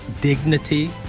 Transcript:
dignity